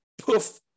poof